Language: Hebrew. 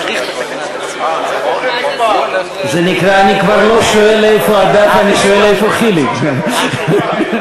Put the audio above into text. אני שואל איפה חיליק.